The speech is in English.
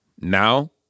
Now